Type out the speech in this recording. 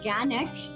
organic